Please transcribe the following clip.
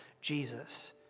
Jesus